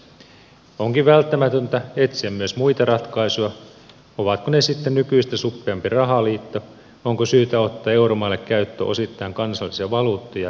onkin välttämätöntä etsiä myös muita ratkaisuja ovatko ne sitten nykyistä suppeampi rahaliitto onko syytä ottaa euromaille käyttöön osittain kansallisia valuuttoja ja niin edelleen